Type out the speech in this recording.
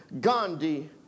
Gandhi